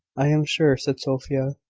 i am sure, said sophia,